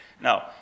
No